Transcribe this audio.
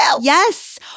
yes